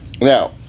Now